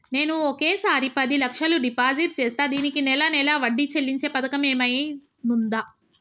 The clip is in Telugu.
నేను ఒకేసారి పది లక్షలు డిపాజిట్ చేస్తా దీనికి నెల నెల వడ్డీ చెల్లించే పథకం ఏమైనుందా?